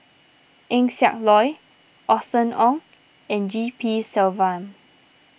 Eng Siak Loy Austen Ong and G P Selvam